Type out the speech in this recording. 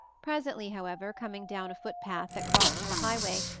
presently, however, coming down a foot-path that crossed the highway,